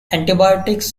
antibiotics